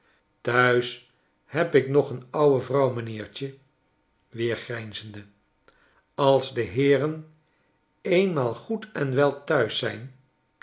thuis heb ik nog n ouwe vrouw meneertje weer grijnzende als de heeren eenmaal goed en wel thuis zijn